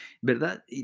verdad